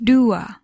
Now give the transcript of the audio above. Dua